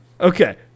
Okay